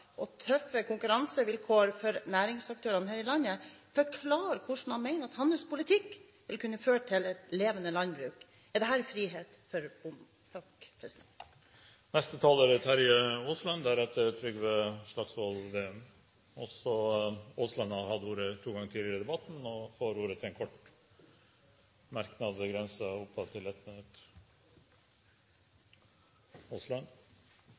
og tøffe konkurransevilkår for næringsaktørene her i landet – forklare hvordan han mener hans politikk vil kunne føre til et levende landbruk? Er dette frihet for bonden? Representanten Terje Aasland har hatt ordet to ganger tidligere og får ordet til en kort merknad, begrenset til 1 minutt.